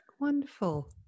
Wonderful